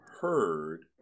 heard